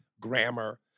grammar